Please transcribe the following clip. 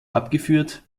abgeführt